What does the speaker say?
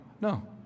No